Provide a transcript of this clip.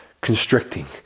constricting